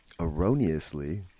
erroneously